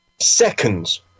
seconds